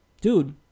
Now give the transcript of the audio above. dude